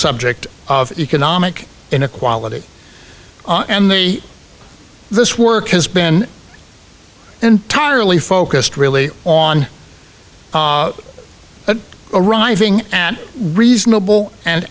subject of economic inequality and the this work has been entirely focused really on an arriving and reasonable and